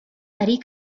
eddy